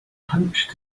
hunched